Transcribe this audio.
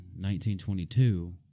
1922